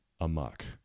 amok